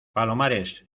palomares